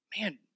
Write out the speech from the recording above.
man